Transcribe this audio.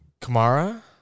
Kamara